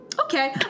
Okay